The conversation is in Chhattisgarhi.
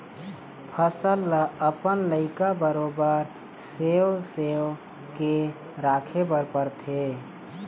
फसल ल अपन लइका बरोबर सेव सेव के राखे बर परथे